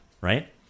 Right